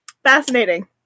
Fascinating